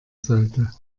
sollte